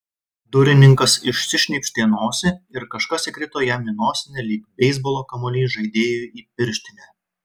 durininkas išsišnypštė nosį ir kažkas įkrito jam į nosinę lyg beisbolo kamuolys žaidėjui į pirštinę